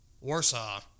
warsaw